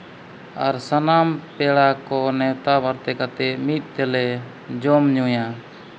ᱟᱨ ᱥᱟᱱᱟᱢ ᱯᱮᱲᱟ ᱠᱚ ᱱᱮᱣᱛᱟ ᱵᱟᱨᱛᱮ ᱠᱟᱛᱮᱫ ᱢᱤᱫ ᱛᱮᱞᱮ ᱡᱚᱢ ᱧᱩᱭᱟ